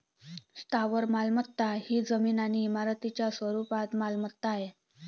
स्थावर मालमत्ता ही जमीन आणि इमारतींच्या स्वरूपात मालमत्ता आहे